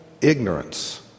ignorance